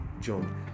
John